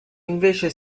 invece